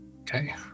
Okay